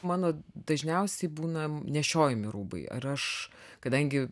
mano dažniausiai būna nešiojami rūbai ar aš kadangi